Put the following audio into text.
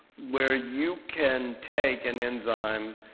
where you can take an enzyme,